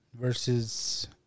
versus